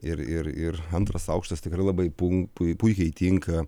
ir ir ir antras aukštas tikrai labai pun pui puikiai tinka